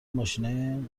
ماشینای